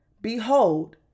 Behold